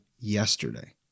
yesterday